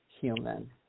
human